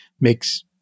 makes